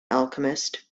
alchemist